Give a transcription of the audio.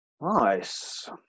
nice